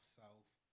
south